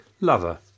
lover